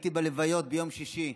הייתי בלוויות ביום שישי,